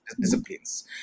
disciplines